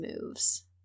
moves